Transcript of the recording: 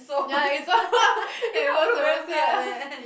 ya it's like what's the worst sia